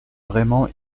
vraiment